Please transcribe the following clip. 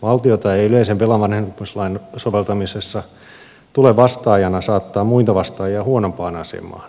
valtiota ei yleisen velan vanhentumislain soveltamisessa tule vastaajana saattaa muita vastaajia huonompaan asemaan